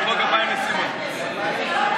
בבקשה להוציא אותו.